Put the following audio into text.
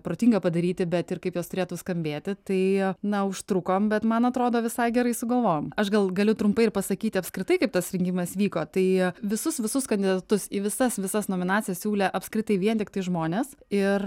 protinga padaryti bet ir kaip jos turėtų skambėti tai na užtrukom bet man atrodo visai gerai sugalvojom aš gal galiu trumpai ir pasakyti apskritai kaip tas rinkimas vyko tai visus visus kandidatus į visas visas nominacijas siūlė apskritai vien tiktai žmonės ir